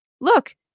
Look